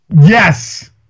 Yes